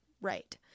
right